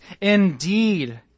indeed